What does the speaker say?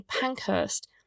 Pankhurst